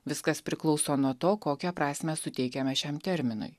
viskas priklauso nuo to kokią prasmę suteikiame šiam terminui